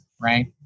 Right